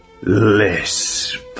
Lisp